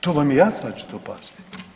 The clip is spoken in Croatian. To vam je jasno da će to pasti.